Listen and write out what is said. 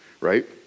right